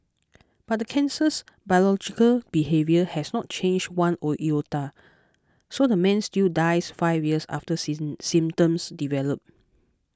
but the cancer's biological behaviour has not changed one or iota so the man still dies five years after season symptoms develop